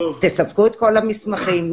תספקו את כל המסמכים.